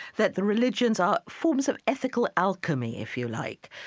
that the religions are forms of ethical alchemy, if you like.